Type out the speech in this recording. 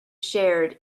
shared